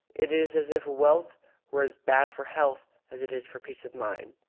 it is as if wealth were as bad for health as it is for peace of mind.